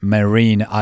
Marine